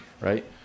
right